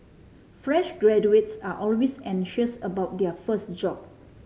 fresh graduates are always anxious about their first job